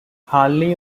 harley